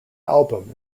album